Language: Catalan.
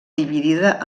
dividida